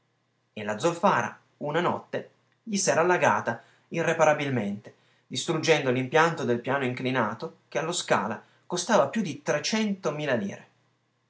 e la zolfara una notte gli s'era allagata irreparabilmente distruggendo l'impianto del piano inclinato che allo scala costava più di trecento mila lire